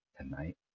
Tonight